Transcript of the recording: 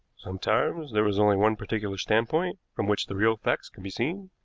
sometimes there is only one particular standpoint from which the real facts can be seen,